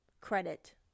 credit